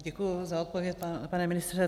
Děkuji za odpověď, pane ministře.